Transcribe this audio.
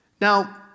Now